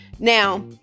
Now